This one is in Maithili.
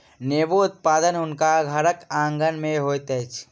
नेबो उत्पादन हुनकर घरक आँगन में होइत अछि